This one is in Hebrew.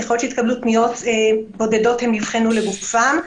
ככל שהתקבלו, פניות בודדות, הן נבחנו לגופן.